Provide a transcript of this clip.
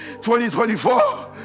2024